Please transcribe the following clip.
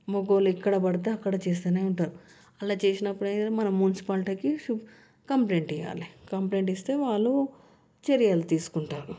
మగ వాళ్ళు ఎక్కడపడితే అక్కడ చేస్తానే ఉంటారు అలా చేసినప్పుడైతే మనం మున్సిపాలిటీకి కంప్లైంట్ ఇయాలే కంప్లైంట్ ఇస్తే వాళ్ళు చర్యలు తీసుకుంటారు